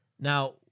Now